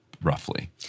roughly